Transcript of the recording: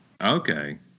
Okay